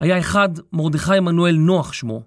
היה אחד, מרדכי עמנואל נוח שמו.